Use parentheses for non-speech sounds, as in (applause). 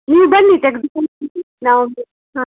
ನೀವು ಬನ್ನಿ ತೆಗ್ದುಕೊಂಡು (unintelligible) ನಾವು ಹಾಂ